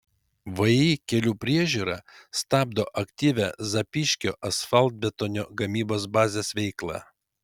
vį kelių priežiūra stabdo aktyvią zapyškio asfaltbetonio gamybos bazės veiklą